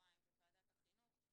בוועדת החינוך.